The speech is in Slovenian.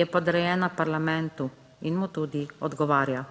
je podrejena parlamentu in mu tudi odgovarja.